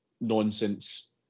nonsense